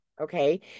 Okay